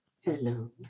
Hello